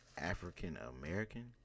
African-American